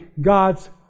God's